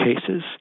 cases